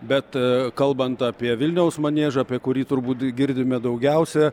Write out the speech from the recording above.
bet kalbant apie vilniaus maniežą apie kurį turbūt girdime daugiausia